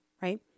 right